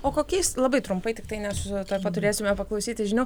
o kokiais labai trumpai tiktai nes tuoj pat turėsime paklausyti žinių